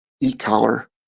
e-collar